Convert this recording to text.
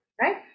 right